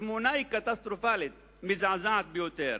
התמונה היא קטסטרופלית, מזעזעת ביותר.